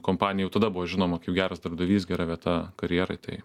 kompanija jau tada buvo žinoma kaip geras darbdavys gera vieta karjerai tai